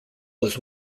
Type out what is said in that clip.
was